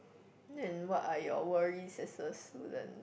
and what are your worries as a student